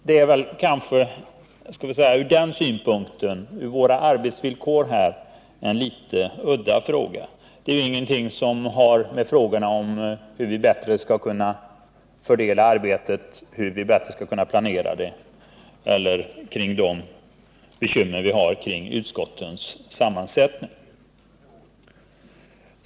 Det är kanske en litet udda fråga i detta sammanhang. Den har väl ingenting att göra med problemet hur vi skall kunna planera och fördela arbetet eller med de bekymmer vi har när det gäller utskottens sammansättning.